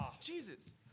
Jesus